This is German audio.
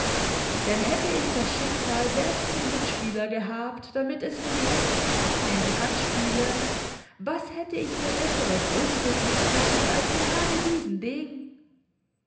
denn hätte ich das schicksal selbst zum mitspieler gehabt damit es mir die rechten karten in die hand spiele was hätte ich mir besseres ausbitten können als gerade diesen degen